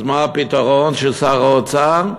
אז מה הפתרון של שר האוצר?